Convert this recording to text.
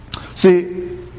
See